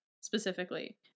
specifically